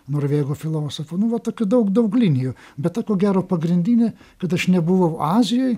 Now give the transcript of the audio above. norvegų filosofu nu va tokių daug daug linijų bet ta ko gero pagrindinė kad aš nebuvau azijoj